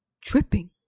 tripping